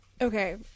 Okay